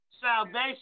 salvation